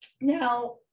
now